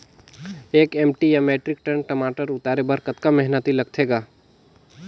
एक एम.टी या metric tonne टमाटर उतारे बर कतका मेहनती लगथे ग?